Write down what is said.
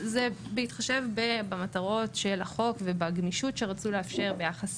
זה בהתחשב במטרות של החוק ובגמישות שרצו לאפשר ביחס